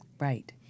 Right